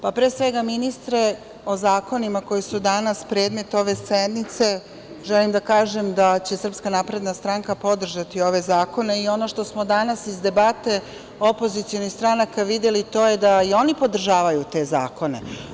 Pre svega ministre, o zakonima koji su danas predmet ove sednice, želim da kažem da će SNS podržati ove zakoni i ono što smo danas iz debate opozicionih stranaka videli, to je da i oni podržavaju te zakone.